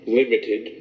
limited